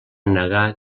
negar